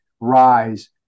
rise